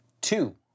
Two